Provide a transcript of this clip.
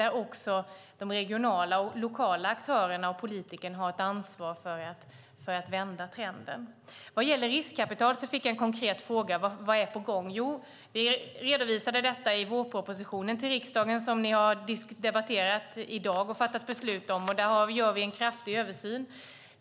Men också de regionala och lokala aktörerna och politikerna har ett ansvar för att vända trenden. Vad gäller riskkapital fick jag en konkret fråga om vad som är på gång. Vi redovisade detta i vårpropositionen till riksdagen som ni har debatterat och fattat beslut om i dag. Där gör vi en kraftig översyn.